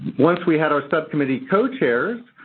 once we had our subcommittee co-chairs,